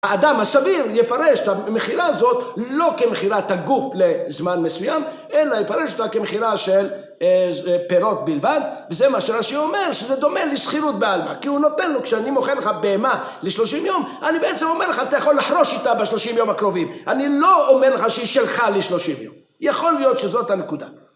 האדם הסביר יפרש את המכירה הזאת לא כמכירת הגוף לזמן מסוים אלא יפרש אותה כמכירה של פירות בלבד וזה מה שרשי אומר שזה דומה לסחירות בעלמא כי הוא נותן לו כשאני מוכר לך בהמה לשלושים יום אני בעצם אומר לך אתה יכול לחרוש איתה בשלושים יום הקרובים אני לא אומר לך שהיא שלך לשלושים יום יכול להיות שזאת הנקודה